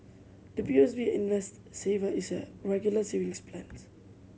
the P O S B Invest Saver is a Regular Savings Plans